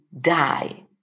die